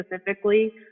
specifically